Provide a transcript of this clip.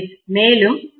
மேலும் எம்